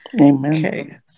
Amen